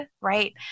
right